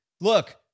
Look